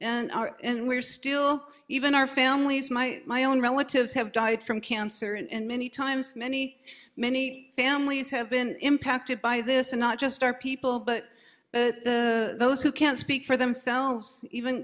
coal and we're still even our families my my own relatives have died from cancer and many times many many families have been impacted by this and not just our people but those who can't speak for themselves even